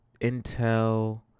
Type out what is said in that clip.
Intel